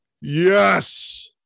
Yes